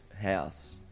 house